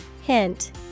Hint